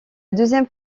deuxième